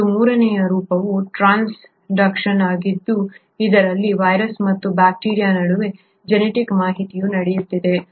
ಮತ್ತು ಮೂರನೆಯ ರೂಪವು ಟ್ರಾನ್ಸ್ಡಕ್ಷನ್ ಆಗಿದ್ದು ಇದರಲ್ಲಿ ವೈರಸ್ ಮತ್ತು ಬ್ಯಾಕ್ಟೀರಿಯಾದ ನಡುವೆ ಜೆನೆಟಿಕ್ ಮಾಹಿತಿಯು ನಡೆಯುತ್ತಿದೆ